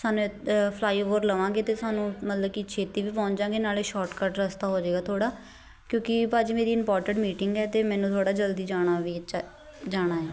ਸਾਨੂੰ flyover ਲਵਾਂਗੇ ਅਤੇ ਸਾਨੂੰ ਮਤਲਬ ਕਿ ਛੇਤੀ ਵੀ ਪਹੁੰਚ ਜਾਂਗੇ ਨਾਲੇ ਸ਼ੋਟਕੱਟ ਰਸਤਾ ਹੋ ਜਾਏਗਾ ਥੋੜ੍ਹਾ ਕਿਉਂਕਿ ਭਾਅ ਜੀ ਮੇਰੀ ਇੰਪੋਟੈਂਟ ਮੀਟਿੰਗ ਹੈ ਅਤੇ ਮੈਨੂੰ ਥੋੜ੍ਹਾ ਜਲਦੀ ਜਾਣਾ ਵੀ 'ਚ ਜਾਣਾ ਏ